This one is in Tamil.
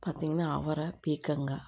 பார்த்திங்கன்னா அவரை பீக்கங்காய்